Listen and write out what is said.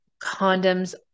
condoms